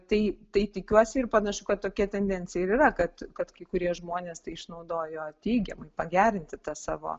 tai tai tikiuosi ir panašu kad tokia tendencija ir yra kad kad kai kurie žmonės tai išnaudojo teigiamai pagerinti tą savo